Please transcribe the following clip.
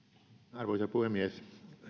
arvoisa puhemies